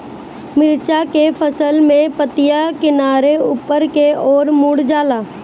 मिरचा के फसल में पतिया किनारे ऊपर के ओर मुड़ जाला?